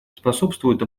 способствуют